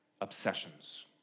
obsessions